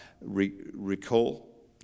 recall